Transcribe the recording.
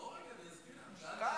בוא רגע אני אסביר לך --- כאן,